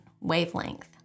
wavelength